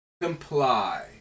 comply